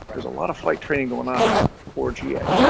there's a lot of flight training going on for ga.